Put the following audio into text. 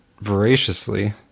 voraciously